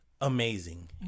amazing